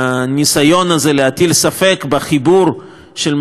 הזה להטיל ספק בחיבור של מדינת ישראל